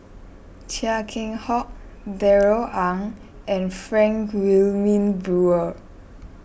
Chia Keng Hock Darrell Ang and Frank Wilmin Brewer